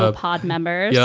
ah hodd member. yeah.